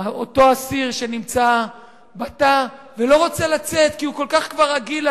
אותו אסיר שנמצא בתא ולא רוצה לצאת כי הוא כבר כל כך רגיל לתא,